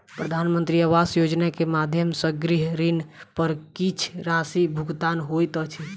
प्रधानमंत्री आवास योजना के माध्यम सॅ गृह ऋण पर किछ राशि भुगतान होइत अछि